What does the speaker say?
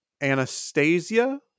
Anastasia